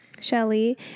Shelly